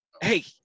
hey